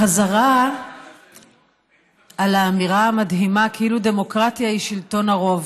החזרה על האמירה המדהימה כאילו דמוקרטיה היא שלטון הרוב,